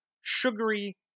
sugary